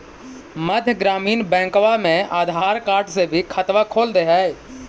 मध्य ग्रामीण बैंकवा मे आधार कार्ड से भी खतवा खोल दे है?